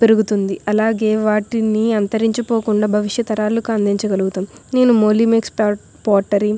పెరుగుతుంది అలాగే వాటిని అంతరించి పోకుండా భవిష్య తరాలకి అందించగలుగుతాం నేను మొలిమిక్స్ పో పోటరీ